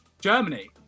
Germany